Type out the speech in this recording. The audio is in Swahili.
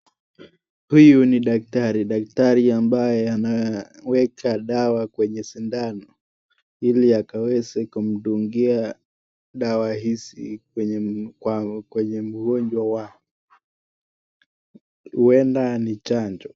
Huyu ni daktari, daktari ambaye anaweka dawa kwenye sindano, ili akaweze kumdungia dawa hizi kwenye mgonjwa, huenda ni chanjo.